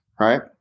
right